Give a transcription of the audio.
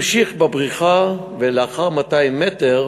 המשיך בבריחה, ולאחר 200 מטר